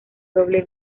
doble